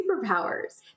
superpowers